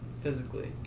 Physically